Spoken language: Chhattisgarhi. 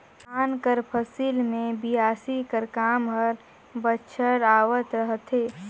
धान कर फसिल मे बियासी कर काम हर बछर आवत रहथे